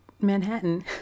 Manhattan